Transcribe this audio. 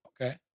Okay